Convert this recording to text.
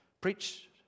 preach